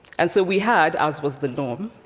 and so we had, as was the norm,